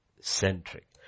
centric